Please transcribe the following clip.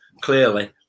clearly